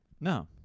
No